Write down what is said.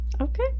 Okay